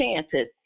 chances